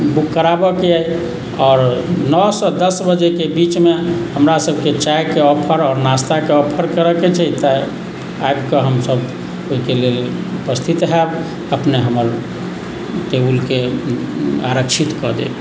book कराबयके अइ आओर नओसँ दस बजेके बीचमे हमरासभके चायके ऑफर आओर नाश्ताके ऑफर करयके छै तऽ आबिके हमसभ ओहिके लेल उपस्थित होयब अपने हमर टेबुलके आरक्षित कऽ देब